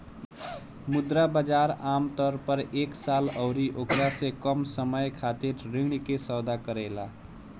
मुद्रा बाजार आमतौर पर एक साल अउरी ओकरा से कम समय खातिर ऋण के सौदा करेला